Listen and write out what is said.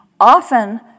Often